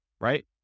right